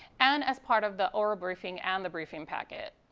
and as part of the oral briefing and the briefing packet.